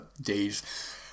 days